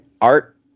art